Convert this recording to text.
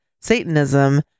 Satanism